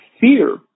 fear